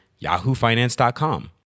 yahoofinance.com